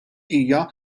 hija